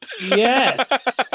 Yes